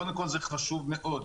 קודם כל, זה חשוב מאוד.